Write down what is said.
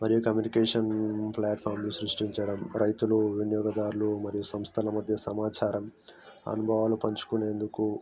మరియు కమ్యూనికేషన్ ప్లాట్ఫారంలు సృష్టించడం రైతులు వినియోగదారులు మరియు సంస్థల మధ్య సమాచారం అనుభవాలు పంచుకునేందుకు